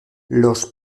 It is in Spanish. los